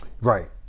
Right